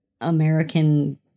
American